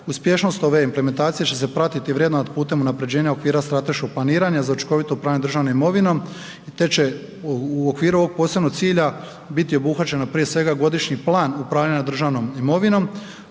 Uspješnost ove implementacije će se pratiti i vrednovati putem unapređenja okvira strateškog planiranja za učinkovito upravljanje državnom imovinom i te će u okviru ovog posebnog cilja biti obuhvaćeno prije svega godišnji plan upravljanja državnom imovinom.